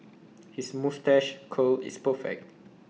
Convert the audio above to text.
his moustache curl is perfect